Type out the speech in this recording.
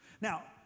Now